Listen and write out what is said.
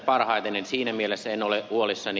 en siinä mielessä ole huolissani